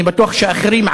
אני בטוח שאחרים,